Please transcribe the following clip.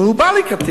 אבל הוא בא לקראתי.